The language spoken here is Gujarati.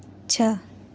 છ